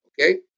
Okay